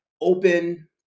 open